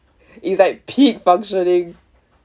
it's like peak functioning